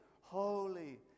holy